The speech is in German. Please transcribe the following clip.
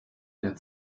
der